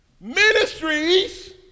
ministries